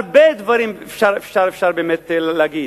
הרבה דברים אפשר באמת להגיד,